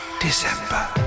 December